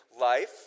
life